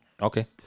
Okay